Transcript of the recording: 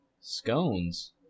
Scones